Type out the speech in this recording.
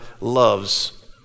loves